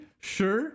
sure